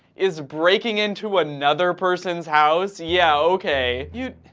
is breaking into another person's house? yeah, okay you.